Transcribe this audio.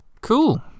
cool